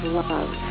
love